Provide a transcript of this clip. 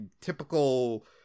typical